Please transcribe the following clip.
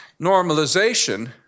Normalization